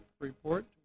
Report